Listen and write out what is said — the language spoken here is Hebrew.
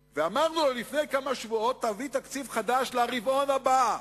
ולפני כמה שבועות אמרנו לו: תביא תקציב חדש לרבעון הבא,